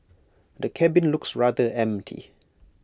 the cabin looks rather empty